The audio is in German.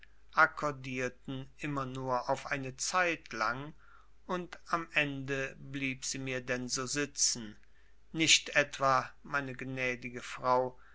akkordierten immer nur auf eine zeitlang und am ende blieb sie mir denn so sitzen nicht etwa meine gnädige frau